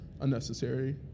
unnecessary